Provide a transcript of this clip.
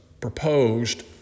proposed